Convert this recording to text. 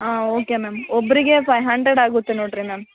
ಹಾಂ okay ma'am ಒಬ್ಬರಿಗೆ five hundred ಆಗುತ್ತೆ ನೋಡಿರಿ ಮ್ಯಾಮ್